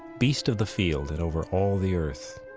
beast of the field, and over all the earth,